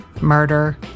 murder